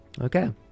Okay